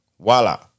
Voila